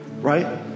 right